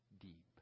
deep